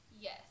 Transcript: Yes